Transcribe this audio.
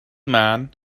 man